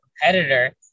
competitor